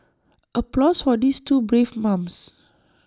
applause for these two brave mums